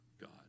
God